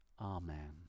Amen